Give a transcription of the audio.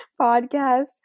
podcast